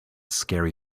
scary